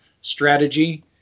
strategy